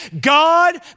God